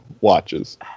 watches